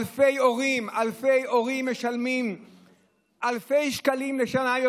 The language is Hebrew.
אלפי הורים משלמים עכשיו אלפי שקלים יותר לשנה.